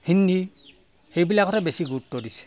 হিন্দী সেইবিলাকতহে বেছি গুৰুত্ব দিছে